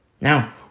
Now